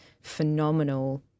phenomenal